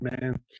man